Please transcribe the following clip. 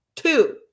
Two